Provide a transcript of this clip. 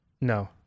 No